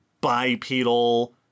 bipedal